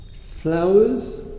Flowers